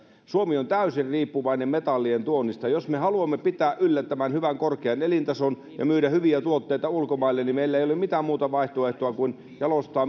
suomi on täysin riippuvainen metallien tuonnista jos me haluamme pitää yllä tätä hyvää korkeaa elintasoa ja myydä hyviä tuotteita ulkomaille niin meillä ei ole mitään muuta vaihtoehtoa kuin jalostaa